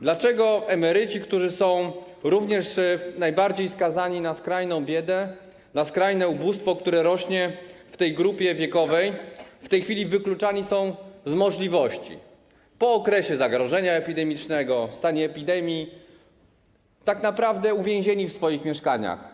Dlaczego emeryci, którzy są również najbardziej skazani na skrajną biedę, na skrajne ubóstwo, które rośnie w tej grupie wiekowej, w tej chwili wykluczani są z możliwości po okresie zagrożenia epidemicznego, stanie epidemii, tak naprawdę są uwięzieni w swoich mieszkaniach?